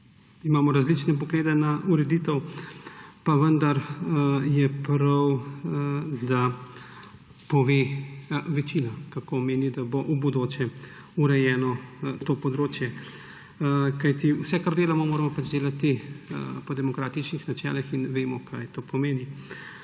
imamo različne poglede na ureditev, pa vendar je prav, da pove večina, kako meni, da bo v bodoče urejeno to področje. Kajti vse, kar delamo, moramo pač delati po demokratičnih načelih, in vemo, kaj to pomeni.